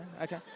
okay